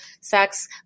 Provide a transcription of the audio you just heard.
sex